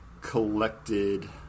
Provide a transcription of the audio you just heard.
collected